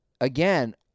again